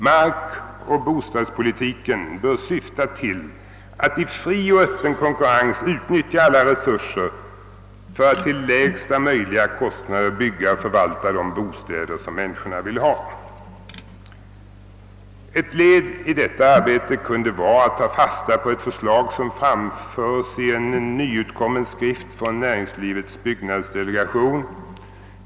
Markoch bostadspolitiken bör syfta till att i fri och öppen konkurrens utnyttja alla resurser för att till lägsta möjliga kostnader bygga och förvalta de bostäder som människorna vill ha. Ett led i detta arbete kunde vara att ta fasta på ett förslag som framförs i en nyutkommen skrift från näringslivets byggnadsdelegation.